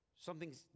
Something's